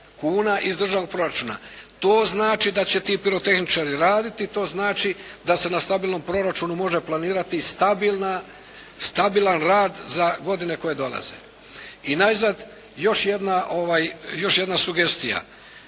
kuna iz državnog proračuna. To znači da će ti pirotehničari raditi, to znači da se na stabilnom proračunu može planirati stabilan rad za godine koje dolaze. I najzad, još jedna sugestija.